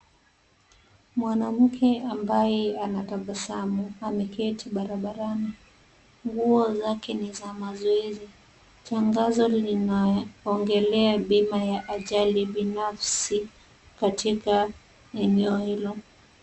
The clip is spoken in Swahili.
Mwanamke ambaye anatabasamu, ameketi barabarani. Nguo zake ni za mazoezi. Tangazo linaongelea bima ya ajali binafsi katika eneo hilo.